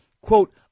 quote